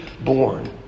born